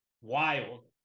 wild